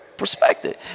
Perspective